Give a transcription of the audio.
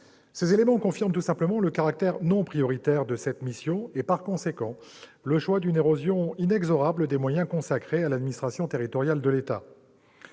Ces éléments confirment tout simplement le caractère non prioritaire de cette mission et, par conséquent, le choix d'une érosion inexorable des moyens consacrés à l'administration territoriale de l'État.